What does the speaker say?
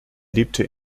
lebte